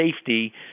safety